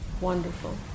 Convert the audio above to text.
wonderful